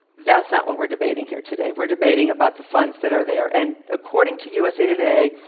that's not what we're debating here today. we're debating about the funds that are there. and according to usa today,